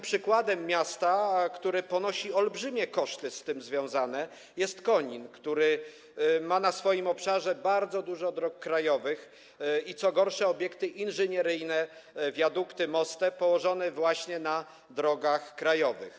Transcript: Przykładem miasta, które ponosi olbrzymie koszty z tym związane, jest Konin, który ma na swoim obszarze bardzo dużo dróg krajowych i, co gorsza, obiekty inżynieryjne, wiadukty i mosty położone właśnie na drogach krajowych.